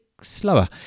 slower